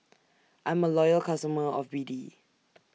I'm A Loyal customer of B D